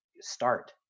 start